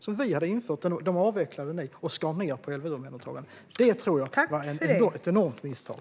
De satsningarna avvecklade ni, och ni skar ned på LVU-omhändertagande. Det var ett enormt misstag.